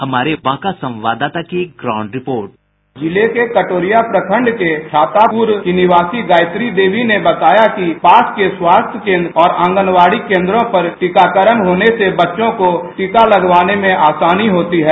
हमारे बांका संवाददाता की ग्राउंड रिपोर्ट संवाददाता रिपोर्ट जिले के कटोरिया प्रखंड के छातापुर की निवासी गायत्री देवी ने बताया कि पास के स्वास्थ्य केंद्र और आंगनवाडी केंद्रों पर टीकाकरण होने से बच्चों को टीका लगवाने में आसानी होती है